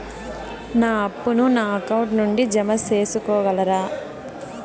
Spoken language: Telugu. నా అప్పును నా అకౌంట్ నుండి జామ సేసుకోగలరా?